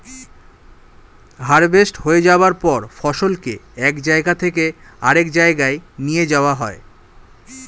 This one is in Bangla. হার্ভেস্ট হয়ে যাওয়ার পর ফসলকে এক জায়গা থেকে আরেক জায়গায় নিয়ে যাওয়া হয়